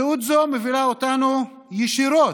מציאות זו מובילה אותנו ישירות